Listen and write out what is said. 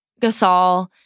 Gasol